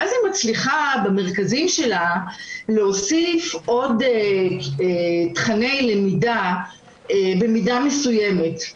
ואז היא מצליחה להוסיף במרכזים שלה עוד תכני למידה במידה מסוימת,